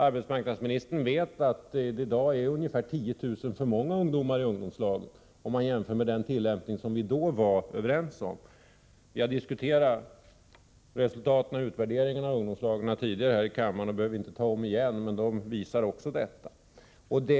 Arbetsmarknadsminstern vet att det i dag är ungefär 10 000 ungdomar för mycket i ungdomslagen i jämförelse med vad vi då var överens om. Vi har diskuterat resultaten och utvärderingen av ungdomslagen tidigare i kammaren och behöver inte ta upp det igen. Men utvärderingen visade precis det jag nyss nämnde.